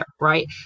right